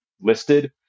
listed